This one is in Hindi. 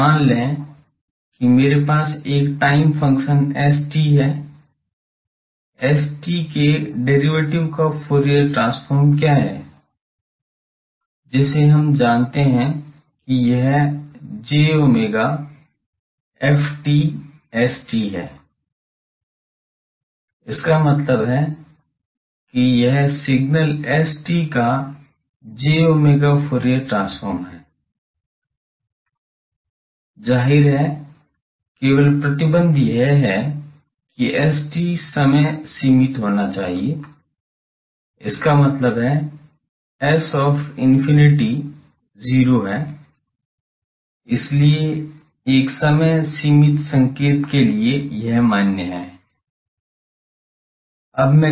तो मान लें कि मेरे पास एक टाइम फ़ंक्शन s है s के डेरीवेटिव का फूरियर ट्रांसफॉर्म क्या है जिसे हम जानते हैं कि यह j omega this Fts है इसका मतलब है कि यह सिग्नल s का j omega फूरियर ट्रांसफॉर्म है जाहिर है केवल प्रतिबंध यह है की s समय सीमित होना चाहिए इसका मतलब है s of infinity 0 है इसलिए एक समय सीमित संकेत के लिए यह मान्य है